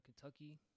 Kentucky